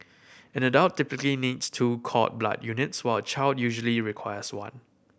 an adult typically needs two cord blood units while a child usually requires one